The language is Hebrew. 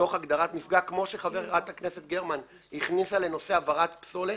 לתוך הגדרת "מפגע" כמו שחברת הכנסת גרמן הכניסה לנושא העברת פסולת